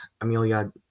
Amelia